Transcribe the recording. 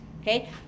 Okay